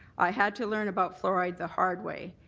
i had to learn about fluoride the hard way.